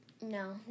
no